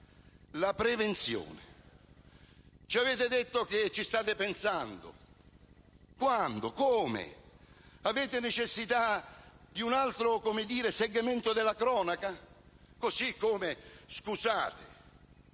la prevenzione. Avete detto che ci state pensando: quando? Come? Avete necessità di un altro segmento della cronaca? Così come avete